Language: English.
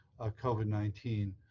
COVID-19